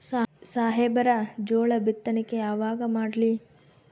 ಸಾಹೇಬರ ಜೋಳ ಬಿತ್ತಣಿಕಿ ಯಾವಾಗ ಮಾಡ್ಲಿ?